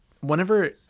whenever